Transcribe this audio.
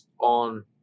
on